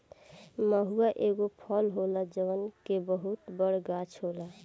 महुवा एगो फल होला जवना के बहुते बड़ गाछ होला